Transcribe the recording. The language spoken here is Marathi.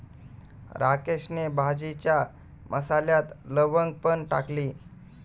राकेशने भाजीच्या मसाल्यात लवंग पण टाकली